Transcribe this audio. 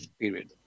period